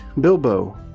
Bilbo